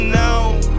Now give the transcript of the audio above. now